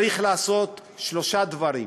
צריך לעשות שלושה דברים: